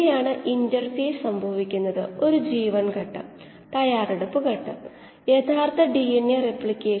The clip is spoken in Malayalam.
ഇത് ലളിതമാക്കാൻ കഴിയും ആദ്യ കുറച്ച് ഘട്ടങ്ങൾ ഇവിടെ കാണിച്ചിരിക്കുന്നു ആദ്യമായി